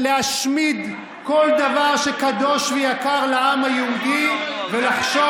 להשמיד כל דבר שקדוש ויקר לעם היהודי ולחשוב